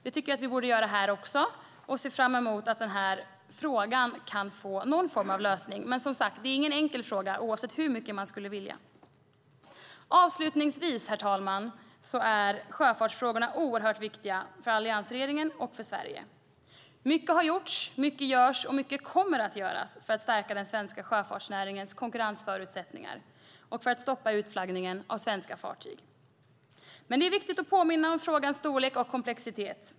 Det tycker jag att vi borde göra här också, och se fram mot att den här frågan kan få någon form av lösning. Men det är som sagt ingen enkel fråga, hur mycket man än skulle vilja det. Avslutningsvis vill jag säga att sjöfartsfrågorna är oerhört viktiga för alliansregeringen och för Sverige. Mycket har gjorts, mycket görs och mycket kommer att göras för att stärka den svenska sjöfartsnäringens konkurrensförutsättningar och för att stoppa utflaggningen av svenska fartyg. Det är dock viktigt att påminna om frågans storlek och komplexitet.